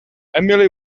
emily